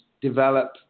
develop